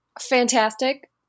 Fantastic